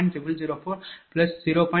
01110391p